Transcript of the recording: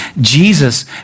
Jesus